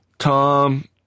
Tom